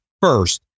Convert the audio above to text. first